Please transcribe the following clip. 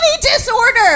disorder